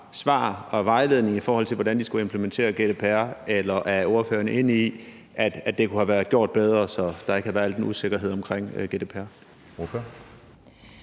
svar og klar vejledning, i forhold til hvordan de skulle implementere GDPR, eller er ordføreren enig i, at det kunne have været gjort bedre, så der ikke havde været al den usikkerhed omkring GDPR?